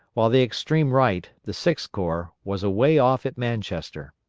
while the extreme right, the sixth corps, was away off at manchester.